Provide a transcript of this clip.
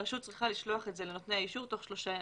הרשות צריכה לשלוח את זה לנותני האישור תוך שלושה ימים.